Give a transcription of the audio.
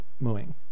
mooing